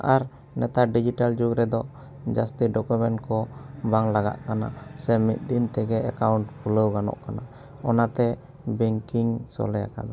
ᱟᱨ ᱱᱮᱛᱟᱨ ᱰᱤᱡᱤᱴᱟᱞ ᱡᱩᱜᱽ ᱨᱮᱫᱚ ᱡᱟᱹᱥᱛᱤ ᱰᱚᱠᱩᱢᱮᱱᱴ ᱠᱚ ᱵᱟᱝ ᱞᱟᱜᱟᱜ ᱠᱟᱱᱟ ᱥᱮ ᱢᱤᱫ ᱫᱤᱱ ᱛᱮᱜᱮ ᱮᱠᱟᱣᱩᱱᱴ ᱠᱷᱩᱞᱟᱹᱣ ᱜᱟᱱᱚᱜ ᱠᱟᱱᱟ ᱚᱱᱟᱛᱮ ᱵᱮᱝᱠᱤᱝ ᱥᱚᱞᱦᱮ ᱟᱠᱟᱫᱟ